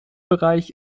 bereich